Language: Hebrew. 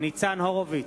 ניצן הורוביץ,